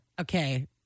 Okay